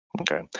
Okay